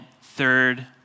third